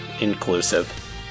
inclusive